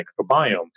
microbiome